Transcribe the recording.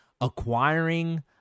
acquiring